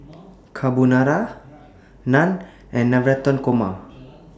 Carbonara Naan and Navratan Korma